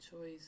choice